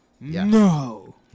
No